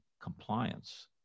compliance